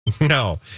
No